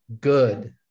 good